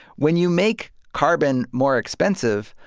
when you make carbon more expensive,